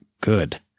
good